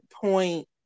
point